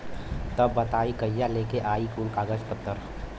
तब बताई कहिया लेके आई कुल कागज पतर?